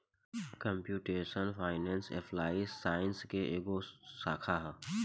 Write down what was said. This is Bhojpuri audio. कम्प्यूटेशनल फाइनेंस एप्लाइड साइंस के एगो शाखा ह